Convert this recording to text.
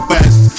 West